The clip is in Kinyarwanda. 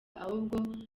ahubwo